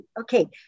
Okay